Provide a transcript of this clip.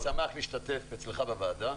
אני שמח להשתתף אצלך בוועדה.